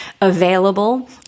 available